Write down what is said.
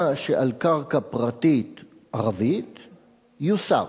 מה שעל קרקע פרטית ערבית יוסר,